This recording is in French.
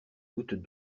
gouttes